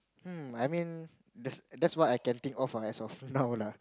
hm I mean that's that's what I can think of lah as of now lah